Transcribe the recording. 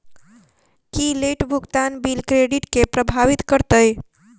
की late भुगतान bill credit केँ प्रभावित करतै?